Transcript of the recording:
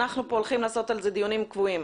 אנחנו פה הולכים לעשות על זה דיונים קבועים.